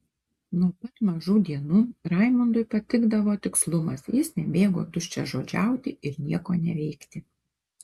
nuo pat mažų dienų raimundui patikdavo tikslumas jis nemėgo tuščiažodžiauti ir nieko neveikti